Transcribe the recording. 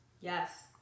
Yes